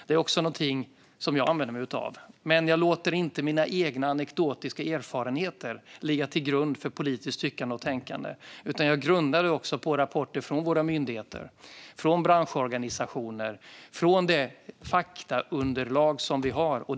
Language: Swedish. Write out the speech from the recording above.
Detta är något som även jag använder mig av. Men jag låter inte mina egna anekdotiska erfarenheter ligga till grund för politiskt tyckande och tänkande, utan jag utgår från rapporter från våra myndigheter, från branschorganisationer och från det faktaunderlag vi har.